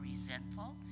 resentful